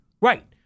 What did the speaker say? right